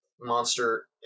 monster